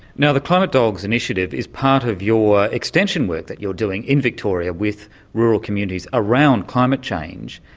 now the climate dog's initiative is part of your extension work that you're doing in victoria with rural communities around climate change,